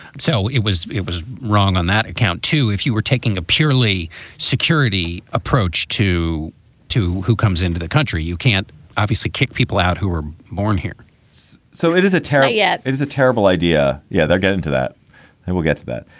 so it was it was wrong on that account to if you were taking a purely security approach to to who comes into the country, you can't obviously kick people out who were born here so it is a terror yet it is a terrible idea. yeah, they'll get into that and we'll get to that.